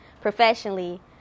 professionally